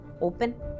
open